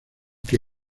que